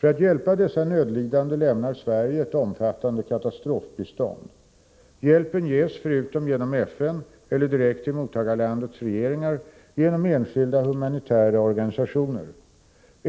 För att hjälpa dessa nödlidande lämnar Sverige ett omfattande katastrofbistånd. Hjälpen ges förutom genom FN eller direkt till mottagarlandets regeringar genom enskilda humanitära organisationer.